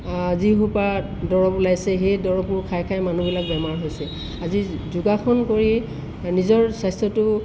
যিসোপা দৰৱ ওলাইছে সেই দৰৱবোৰ খাই খাই মানুহবিলাক বেমাৰ হৈছে আজি যোগাসন কৰি নিজৰ স্বাস্থ্যটো